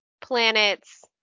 planets